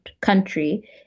country